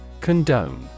Condone